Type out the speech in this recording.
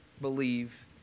believe